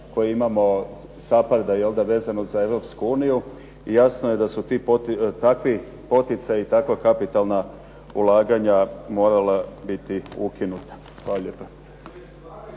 koje imamo, SAPARD-a, vezano za Europsku uniju i jasno je da su takvi poticaji, takva kapitalna ulaganja morala biti ukinuta. Hvala lijepa.